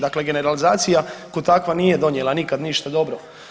Dakle, generalizacija kao takva nije donijela nikad ništa dobro.